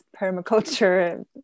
permaculture